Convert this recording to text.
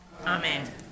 Amen